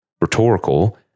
rhetorical